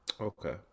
Okay